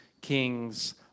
kings